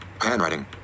Handwriting